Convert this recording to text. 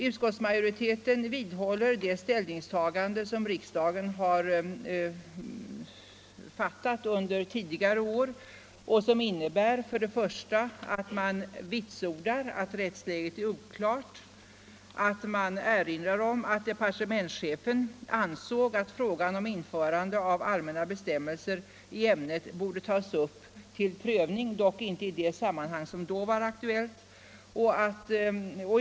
Utskottsmajoriteten vidhåller det ställningstagande som riksdagen har gjort under tidigare år och som innebär att man vitsordar att rättsläget är oklart och erinrar om att departementschefen ansett att frågan om införande av allmänna bestämmelser i ämnet borde tas upp till prövning, dock inte i det aktuella sammanhanget.